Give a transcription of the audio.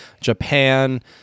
Japan